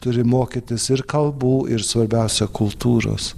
turi mokytis ir kalbų ir svarbiausia kultūros